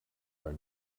are